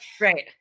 right